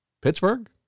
Pittsburgh